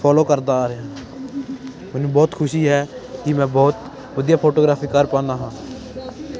follow ਕਰਦਾ ਆ ਰਿਹਾ ਮੈਨੂੰ ਬਹੁਤ ਖੁਸ਼ੀ ਹੈ ਕਿ ਮੈਂ ਬਹੁਤ ਵਧੀਆ ਫੋਟੋਗ੍ਰਾਫੀ ਕਰ ਪਾਉਂਦਾ ਹਾਂ